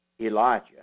Elijah